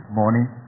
morning